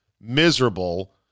miserable